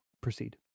proceed